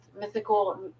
mythical